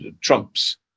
trump's